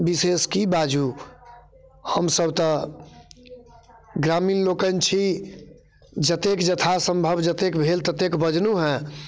विशेष की बाजू हमसभ तऽ ग्रामीण लोकनि छी जतेक यथासम्भव जतेक भेल ततेक बजलहुँ हेँ